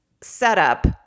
setup